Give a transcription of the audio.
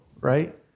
right